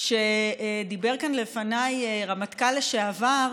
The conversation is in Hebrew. שדיבר עליהם כאן לפניי רמטכ"ל לשעבר.